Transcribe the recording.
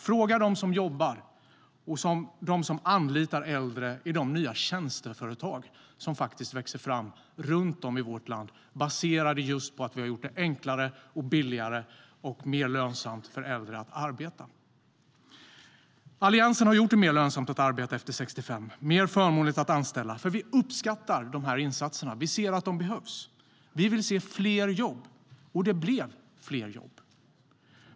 Fråga dem som jobbar och dem som anlitar äldre i de nya tjänsteföretag som växer fram runt om i vårt land baserade just på att vi har gjort det enklare, billigare och mer lönsamt för äldre att arbeta. Alliansen har gjort det mer lönsamt att arbeta efter 65 och mer förmånligt att anställa äldre, för vi uppskattar deras insats. Vi ser att de behövs. Vi vill se fler jobb, och det blev fler jobb.